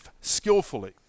skillfully